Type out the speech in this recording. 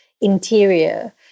interior